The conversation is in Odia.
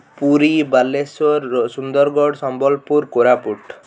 ପୁରୀ ବାଲେଶ୍ୱର ସୁନ୍ଦରଗଡ଼ ସମ୍ବଲପୁର କୋରାପୁଟ